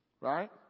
Right